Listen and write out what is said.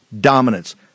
dominance